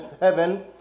heaven